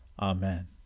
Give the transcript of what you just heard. Amen